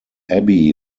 abbey